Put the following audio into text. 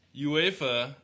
UEFA